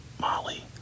Molly